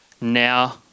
Now